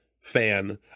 fan